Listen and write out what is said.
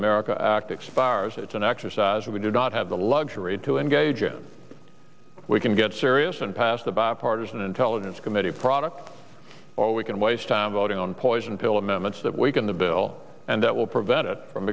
america act expires it's an exercise we did not have the luxury to engage in we can get serious and pass the bipartisan intelligence committee product or we can waste time voting on poison pill amendments that weaken the bill and that will prevent it from